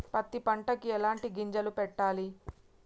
పత్తి పంటకి ఎలాంటి గింజలు పెట్టాలి?